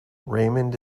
raymond